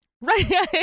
Right